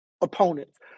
opponents